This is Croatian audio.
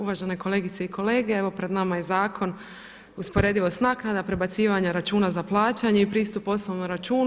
Uvažene kolegice i kolege, evo pred nama je zakon usporedivost naknada, prebacivanja računa za plaćanje i pristup osobnom računu.